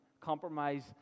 compromise